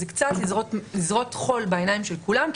זה קצת לזרות חול בעיניים של כולם,